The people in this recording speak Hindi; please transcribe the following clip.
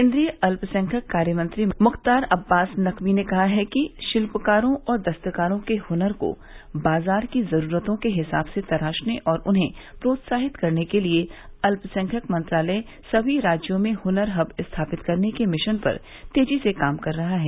केन्द्रीय अल्पसंख्यक कार्यमंत्री मुख्तार अवास नकवी ने कहा है कि शिल्पकारों और दस्तकारों के हुनर को बाजार की जरूरतों के हिसाब से तराशने और उन्हें प्रोत्साहित करने के लिये अल्पसंख्यक मंत्रालय समी राज्यों में हुनर हब स्थापित करने के मिशन पर तेजी से काम कर रहा है